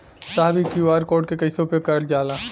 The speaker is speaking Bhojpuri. साहब इ क्यू.आर कोड के कइसे उपयोग करल जाला?